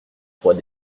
trois